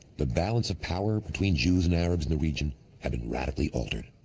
the balance of power between jews and arabs in the region had been radically altered.